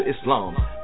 Islam